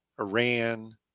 Iran